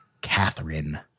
Catherine